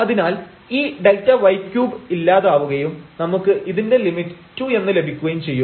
അതിനാൽ ഈ Δy3 ഇല്ലാതാവുകയും നമുക്ക് ഇതിൻറെ ലിമിറ്റ് 2 എന്ന് ലഭിക്കുകയും ചെയ്യും